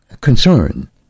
concern